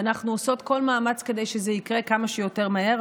ואנחנו עושות כל מאמץ כדי שזה יקרה כמה שיותר מהר,